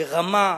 ברמה.